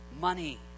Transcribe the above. money